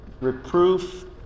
reproof